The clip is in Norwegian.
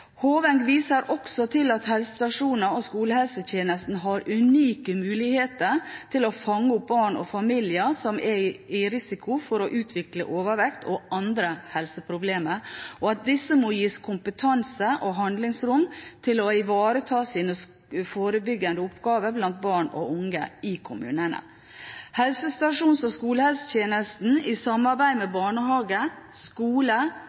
også til at helsestasjoner og skolehelsetjenesten har unike muligheter til å fange opp barn og familier som er i risiko for å utvikle overvekt og andre helseproblemer, og at disse må gis kompetanse og handlingsrom til å ivareta sine forebyggende oppgaver blant barn og unge i kommunene. Helsestasjons- og skolehelsetjenesten i samarbeid med barnehage, skole